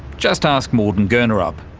just ask marten gornerup.